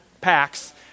packs